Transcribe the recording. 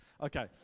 Okay